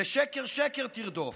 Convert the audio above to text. לשקר שקר תרדוף.